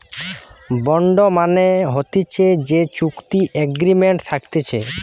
bond মানে হতিছে যে চুক্তি এগ্রিমেন্ট থাকতিছে